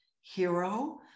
hero